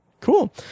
cool